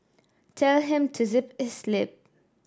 tell him to zip his lip